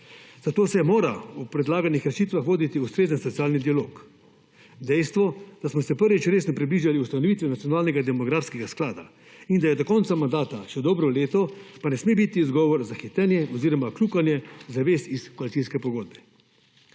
Zato se mora o predlaganih rešitvah voditi ustrezen socialni dialog. Dejstvo, da smo se prvič resno približali ustanovitvi nacionalnega demografskega sklada in da je do konca mandata še dobro leto, pa ne sme biti izgovor za hitenje oziroma kljukanje zavez iz koalicijske pogodbe.